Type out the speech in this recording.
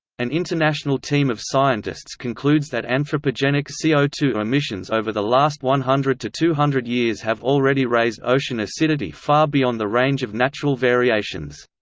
an international team of scientists concludes that anthropogenic c o two emissions over the last one hundred to two hundred years have already raised ocean acidity far beyond the range of natural variations.